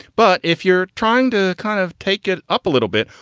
but if you're trying to kind of take it up a little bit.